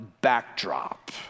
backdrop